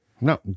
No